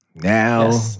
Now